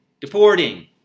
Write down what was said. deporting